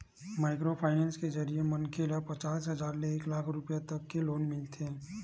micro finance के जरिए मनखे ल पचास हजार ले एक लाख रूपिया तक के लोन मिलथे